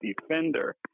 defender